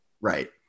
Right